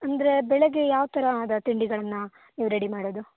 ಅಂದರೆ ಬೆಳಗ್ಗೆ ಯಾವ ಥರವಾದ ತಿಂಡಿಗಳನ್ನು ನೀವು ರೆಡಿ ಮಾಡೋದು